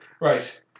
Right